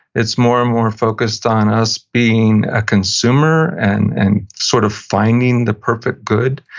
it's more and more focused on us being a consumer, and and sort of finding the perfect good,